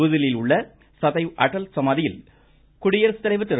புதுதில்லியில் உள்ள சதைவ் அட்டல் சமாதியில் குடியரசுத் தலைவர் திரு